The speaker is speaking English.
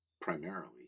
primarily